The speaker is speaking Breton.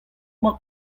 mar